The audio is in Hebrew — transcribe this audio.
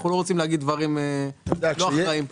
אנחנו לא רוצים להגיד דברים לא אחראיים פה.